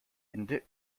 hände